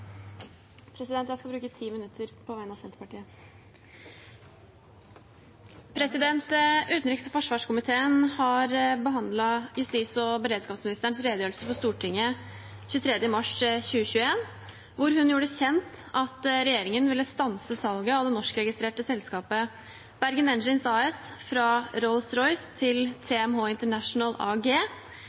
Jeg skal bruke 10 minutter på vegne av Senterpartiet. Utenriks- og forsvarskomiteen har behandlet justis- og beredskapsministerens redegjørelse for Stortinget 23. mars 2021, der hun gjorde det kjent at regjeringen ville stanse salget av det norskregistrerte selskapet Bergen Engines AS fra Rolls Royce til TMH International AG,